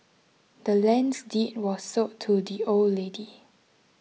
the land's deed was sold to the old lady